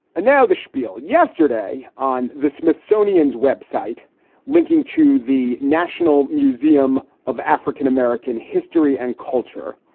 and now the spiel yesterday on the smithsonian's web site linking to the national museum of african-american history and culture.